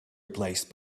replaced